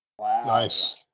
Nice